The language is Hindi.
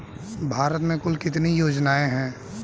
भारत में कुल कितनी योजनाएं हैं?